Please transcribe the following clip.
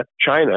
China